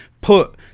put